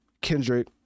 Kendrick